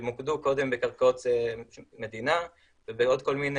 שמוקדה קודם בקרקעות מדינה ובעוד כל מיני